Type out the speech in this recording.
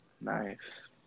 Nice